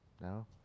No